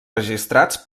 registrats